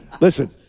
Listen